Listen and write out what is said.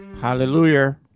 Hallelujah